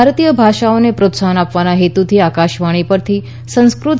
ભારતીય ભાષાઓને પ્રોત્સાહન આપવાના હેતુથી આકાશવાણી પરથી સંસ્કૃત